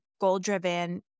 goal-driven